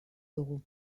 dugu